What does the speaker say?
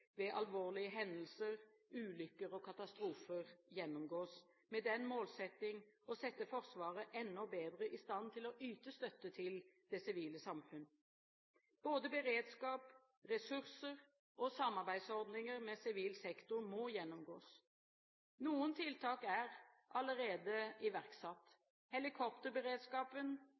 ved alvorlige hendelser, ulykker og katastrofer gjennomgås, med den målsetting å sette Forsvaret enda bedre i stand til å yte støtte til det sivile samfunn. Både beredskap, ressurser og samarbeidsordninger med sivil sektor må gjennomgås. Noen tiltak er allerede iverksatt. Helikopterberedskapen